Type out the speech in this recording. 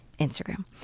Instagram